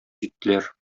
җиттеләр